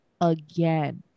again